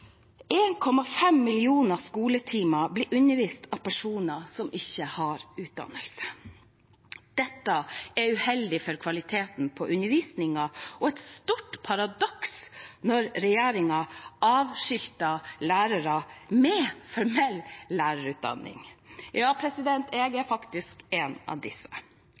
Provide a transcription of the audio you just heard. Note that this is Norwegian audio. millioner skoletimer blir undervist av personer som ikke har utdannelse. Dette er uheldig for kvaliteten på undervisningen og et stort paradoks når regjeringen avskilter lærere med formell lærerutdanning. Ja, jeg er faktisk en av disse.